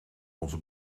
onze